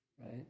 right